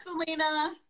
Selena